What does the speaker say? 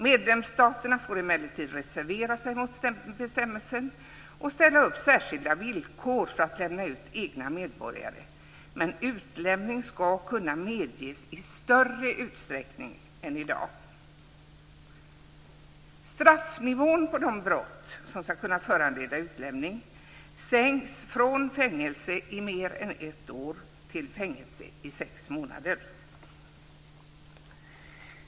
Medlemsstaterna får emellertid reservera sig mot bestämmelsen och ställa upp särskilda villkor för att lämna ut egna medborgare, men utlämning ska kunna medges i större utsträckning än i dag. Straffnivån på de brott som ska kunna föranleda utlämning sänks från fängelse i mer än ett år till fängelse i sex månader.